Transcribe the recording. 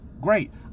great